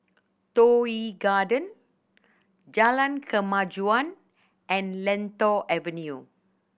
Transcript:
Toh Yi Garden Jalan Kemajuan and Lentor Avenue